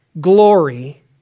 glory